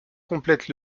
complète